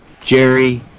Jerry